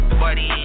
buddy